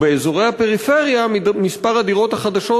ובאזורי הפריפריה מספר הדירות החדשות